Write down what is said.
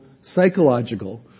psychological